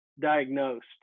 diagnosed